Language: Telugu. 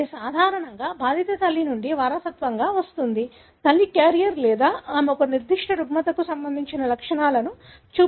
ఇది సాధారణంగా బాధిత తల్లి నుండి వారసత్వంగా వస్తుంది తల్లి క్యారియర్ లేదా ఆమె ఒక నిర్దిష్ట రుగ్మతకు సంబంధించిన లక్షణాలను చూపుతోంది